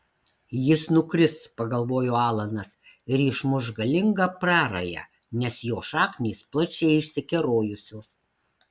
jis nukris pagalvojo alanas ir išmuš galingą prarają nes jo šaknys plačiai išsikerojusios